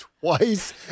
twice